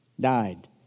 died